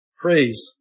Praise